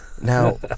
Now